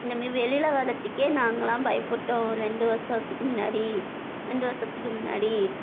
இந்த மாரி வெளியில் வர்றதுக்கே நாங்களெலாம் பயப்பட்டோம் ரெண்டு வர்ஷத்துக்கு முன்னாடி ரெண்டு வர்ஷத்துக்கு முன்னாடி